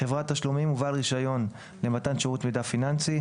חברת תשלומים ובעל רישיון למתן שירות מידע פיננסי,